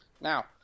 now